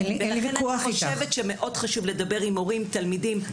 לכן אני חושבת שמאוד חשוב לדבר עם הורים, תלמידים.